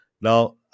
Now